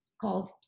called